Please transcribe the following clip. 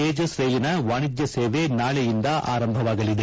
ತೇಜಸ್ ರೈಲಿನ ವಾಣಿಜ್ಯ ಸೇವೆ ನಾಳೆಯಿಂದ ಆರಂಭವಾಗಲಿದೆ